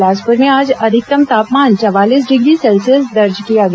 बिलासपुर में आज अधिकतम तापमान चवालीस डिग्री सेल्सियस दर्ज किया गया